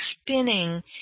spinning